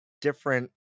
different